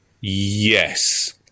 Yes